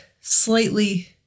slightly